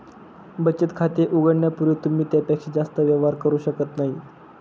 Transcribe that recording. बचत खाते उघडण्यापूर्वी तुम्ही त्यापेक्षा जास्त व्यवहार करू शकत नाही